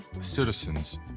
citizens